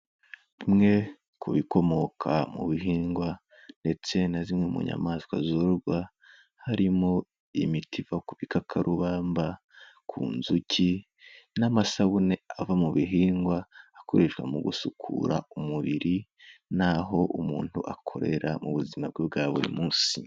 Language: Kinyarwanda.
Mwe ku bikomoka mu bihingwa ndetse na zimwe mu nyamaswa zorwa harimo imiti iva ku bikakarubamba, ku nzuki n'amasabune ava mu bihingwa, akoreshwa mu gusukura umubiri n'aho umuntu akorera mu buzima bwe bwa buri munsi.